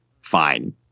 Fine